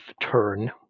turn